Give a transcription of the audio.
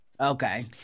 Okay